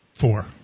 Four